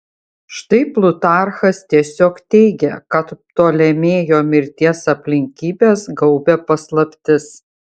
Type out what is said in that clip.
štai plutarchas tiesiog teigia kad ptolemėjo mirties aplinkybes gaubia paslaptis